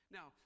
Now